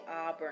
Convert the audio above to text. auburn